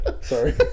Sorry